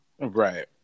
right